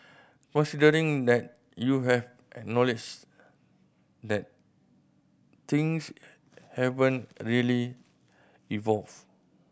that you have acknowledged that things haven't really evolved